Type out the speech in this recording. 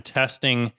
testing